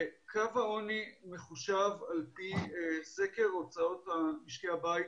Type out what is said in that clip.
קו העוני מחושב על פי סקר הוצאות משקי הבית